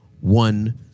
one